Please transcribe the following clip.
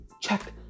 check